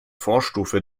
vorstufe